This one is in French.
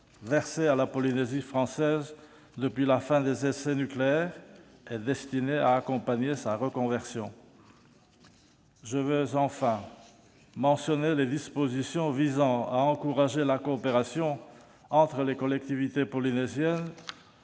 versée à la Polynésie française depuis la fin des essais nucléaires et destinée à accompagner sa reconversion. Je veux enfin mentionner les dispositions visant à encourager la coopération entre les collectivités polynésiennes,